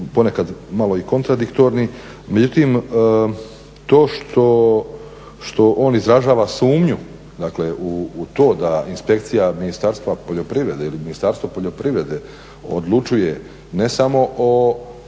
ponekad i kontradiktorni međutim to što on izražava sumnju dakle u to da inspekcija Ministarstva poljoprivrede ili Ministarstvo poljoprivrede odlučuje ne samo o